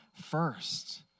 first